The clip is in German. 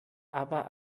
aber